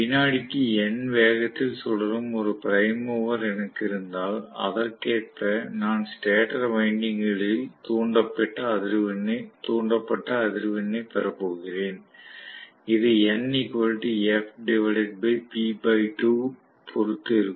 வினாடிக்கு n வேகத்தில் சுழலும் ஒரு பிரைம் மூவர் எனக்கு இருந்தால் அதற்கேற்ப நான் ஸ்டேட்டர் வைண்டிங்குகளில் தூண்டப்பட்ட அதிர்வெண்ணைப் பெறப் போகிறேன் இது பொறுத்து இருக்கும்